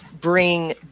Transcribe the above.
bring